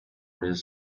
this